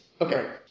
okay